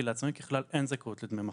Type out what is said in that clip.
כי לעצמאים ככלל אין זכאות לדמי מחלה.